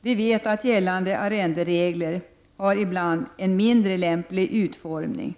Vi vet att gällande arrenderegler ibland har en mindre lämplig utformning.